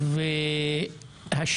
ואני